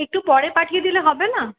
একটু পরে পাঠিয়ে দিলে হবে না